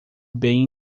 bem